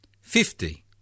fifty